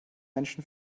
menschen